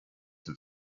have